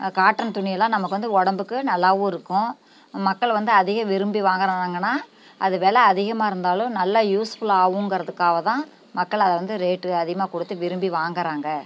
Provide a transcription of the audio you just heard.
cotton துணியெல்லாம் நமக்கு வந்து உடம்புக்கு நல்லாவும் இருக்கும் மக்கள் வந்து அதிகம் விரும்பி வாங்குகிறாங்கனா அது விலை அதிகமாக இருந்தாலும் நல்லா யூஸ்ஃபுல்லாக ஆகும்ங்கிறதுக்காகதான் மக்கள் அதை வந்து ரேட்டு அதிகமாக கொடுத்து விரும்பி வாங்குகிறாங்க